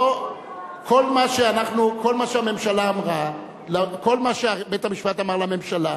כל מה שבית-המשפט אמר לממשלה,